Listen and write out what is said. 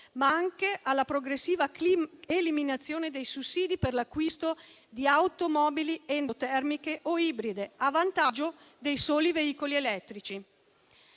ma anche alla progressiva eliminazione dei sussidi per l'acquisto di automobili endotermiche o ibride, a vantaggio dei soli veicoli elettrici.